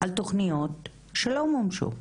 על תוכניות שלא מומשו,